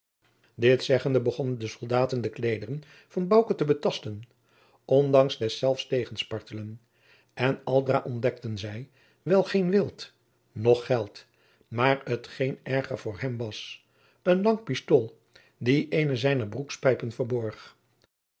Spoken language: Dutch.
dit zeggende begonnen de soldaten de kleederen van bouke te betasten ondanks deszelfs tegenspartelen en aldra ontdekten zij wel geen wild noch geld maar t geen erger voor hem was een lang pistool die eene zijner broekspijpen verborg